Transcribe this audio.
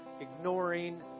ignoring